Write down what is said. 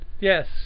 Yes